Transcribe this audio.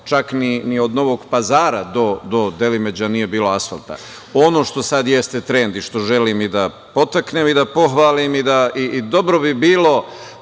čak ni od Novog Pazara do Delimeđa nije bilo asfalta. Ono što sada jeste trend i što želim i da podstaknem i da pohvalim i dobro bi bilo